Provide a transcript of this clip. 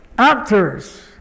actors